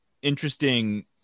Interesting